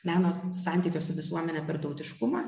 meno santykio su visuomene per tautiškumą